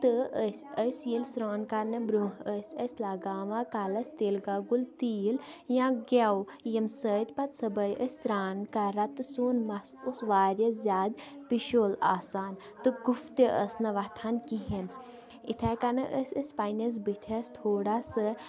تہٕ أسۍ أسۍ ییٚلہِ سرٛان کَرنہٕ برونٛہہ ٲسۍ أسۍ لگاوان کَلَس تِلہٕ گَگُل تیٖل یا گٮ۪و ییٚمہِ سۭتۍ پَتہٕ صُبحٲے ٲسۍ سرٛان کَران تہٕ سون مَس اوس واریاہ زیادٕ پِشُل آسان تہٕ کُف تہِ ٲس نہٕ وۄتھان کِہیٖنۍ اِتھَے کَنہِ أسۍ ٲسۍ پنٛںِس بٔتھِس تھوڑا سا